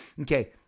Okay